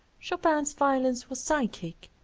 chopin's violence was psychic,